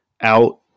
out